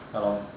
ya lor